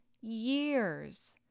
years